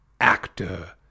Actor